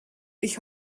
ich